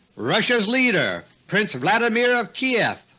russia's leader, prince vladimir of kiev,